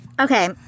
Okay